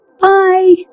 Bye